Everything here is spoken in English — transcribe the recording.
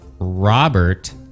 Robert